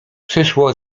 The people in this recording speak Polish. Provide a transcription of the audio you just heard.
przyszło